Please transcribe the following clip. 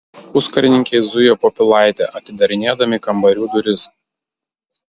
puskarininkiai zujo po pilaitę atidarinėdami kambarių duris